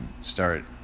start